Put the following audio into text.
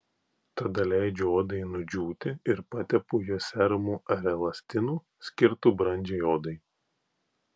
tada leidžiu odai nudžiūti ir patepu ją serumu ar elastinu skirtu brandžiai odai